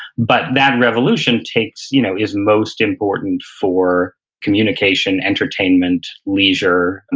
but, that revolution takes, you know is most important for communication, entertainment, leisure. and